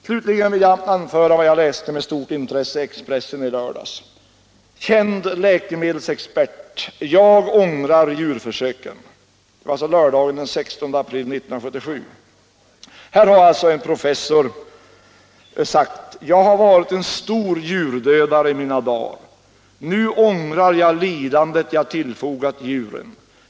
Slutligen vill jag relatera vad jag med stort intresse läste i Expressen i lördags, den 16 april. I tidningen säger en känd läkemedelsexpert: ”Jag ångrar djurförsöken.” Denna inflytelserika läkemedelsexpert har enligt tidningen sagt följande på ett forskarmöte i Uppsala: ”Jag har varit en stor djurdödare i mina dar. Nu ångrar jag lidandet jag tillfogat djuren.